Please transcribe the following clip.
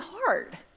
hard